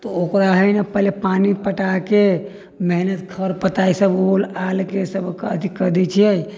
तऽ ओकरा हइ ने पहिले पानि पटाके मेहनत खर पताइ सभ ओल आलके सभके अथि कऽ दै छियै